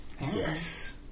Yes